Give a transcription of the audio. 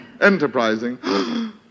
Enterprising